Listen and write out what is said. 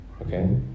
Okay